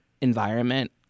environment